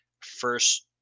first